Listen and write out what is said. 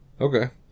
okay